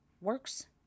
works